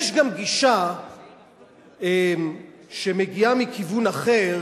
יש גם גישה שמגיעה מכיוון אחר,